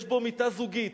יש בו מיטה זוגית".